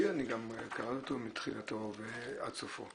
אני גם קראתי אותו מתחילתו עד סופו.